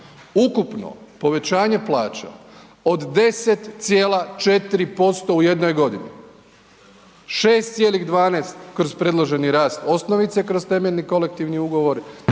ukupno povećanje plaća od 10,4% u jednoj godini, 6,12 kroz predloženi rast osnovice kroz temeljni kolektivni ugovor